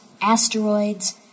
Asteroids